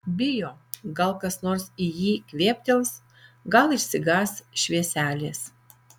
bijo gal kas nors į jį kvėptels gal išsigąs švieselės